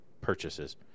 purchases